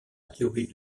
théorie